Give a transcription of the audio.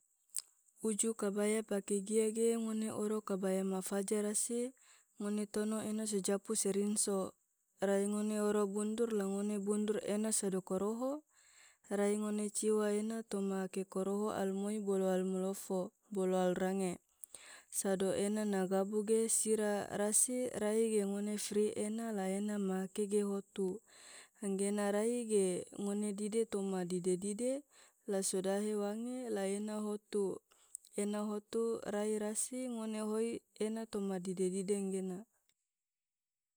uju kabaya pake gia ge, ngone oro kabaya ma faja rasi, ngone tono ena sejapu serinso rai ngone oro bundur la ngone bundur ena sado koroho rai ngone ciwa ena toma ake koroho almoi bolo almolofo bolo alrange, sado ena na gabu ge sira rasi rai ge ngone fre ena la ena ma ake ge hotu rangena rai ge ngone dide toma dide dide la sodahe wange la ena, hotu ena hotu rai rasi ngone hoi ena toma dide dide ngena.